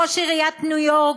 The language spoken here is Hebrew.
ראש עיריית ניו-יורק,